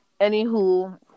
Anywho